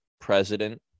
president